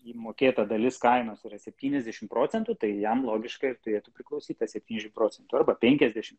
įmokėta dalis kainos yra septyniasdešim procentų tai jam logiškai ir turėtų priklausyt ta septyniasdešim procentų arba penkiasdešim